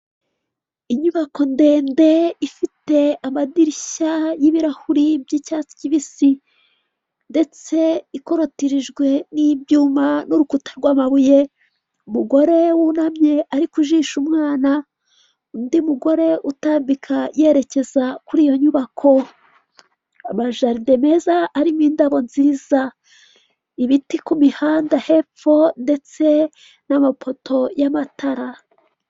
Inyubako ndende ifite amadirishya y'ibirahuri by'icyatsi kibisi ndetse ikorotirijwe n'ibyuma, n'urukuta rw'amabuye, gore wunamye urikujisha umwana, undi mugore utambika yerekeza kuri iyo nyubako, amajaride meza arimo indabo nziza, ibiti ku mihanda hepfo ndetse n'amapoto y'amatara.